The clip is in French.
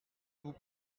vous